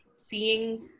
Seeing